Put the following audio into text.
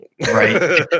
Right